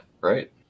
right